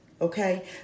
Okay